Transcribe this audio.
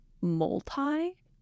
multi